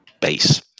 base